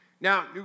Now